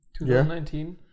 2019